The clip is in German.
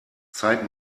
zeig